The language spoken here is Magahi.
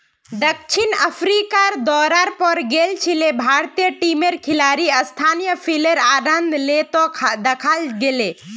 दक्षिण अफ्रीकार दौरार पर गेल छिले भारतीय टीमेर खिलाड़ी स्थानीय फलेर आनंद ले त दखाल गेले